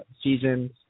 seasons